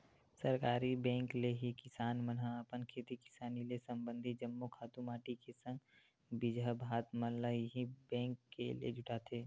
सहकारी बेंक ले ही किसान मन ह अपन खेती किसानी ले संबंधित जम्मो खातू माटी के संग बीजहा भात मन ल इही बेंक ले जुटाथे